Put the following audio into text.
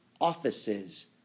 offices